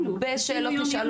הרבה שאלות נשאלות.